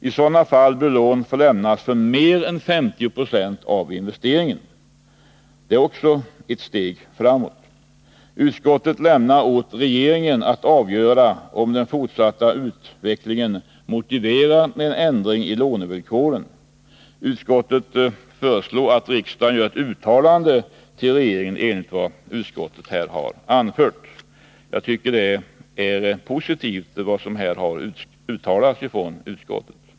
I sådana fall bör lån få lämnas för mer än 50 90 av investeringen. Det är också ett steg framåt. Utskottet lämnar åt regeringen att avgöra om den fortsatta utvecklingen motiverar en ändring i lånevillkoren. Utskottet föreslår att riksdagen gör ett uttalande till regeringen enligt det utskottet här har anfört. Jag anser att det som uttalats från utskottet är positivt.